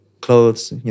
clothes